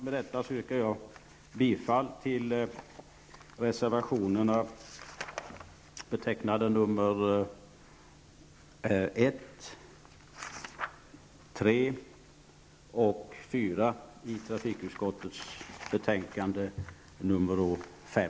Med detta yrkar jag bifall till reservationerna 1, 3 och 4 till trafikutskottets betänkande nr 5.